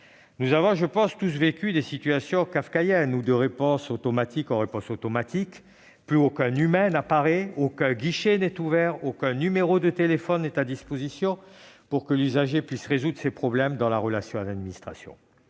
tous vécu, je pense, des situations kafkaïennes, où, de réponse automatique en réponse automatique, plus aucun humain n'apparaît, aucun guichet n'est ouvert, aucun numéro de téléphone n'est à disposition pour que l'usager puisse résoudre ses problèmes administratifs.